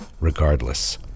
Regardless